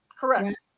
correct